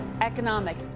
economic